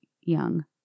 young